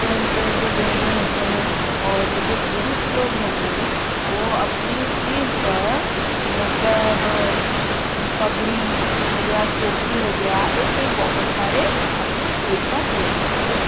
पहनते है जो गहने होते हैं और जो पुरुष लोग हो गए वो अपनी सिर पर मतलब पगड़ी हो गया और टोपी हो गया ऐसे बहुत सारे अपने सिर पर पहनते हैं